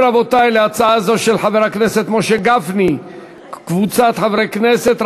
של חבר הכנסת דב חנין וקבוצת חברי הכנסת.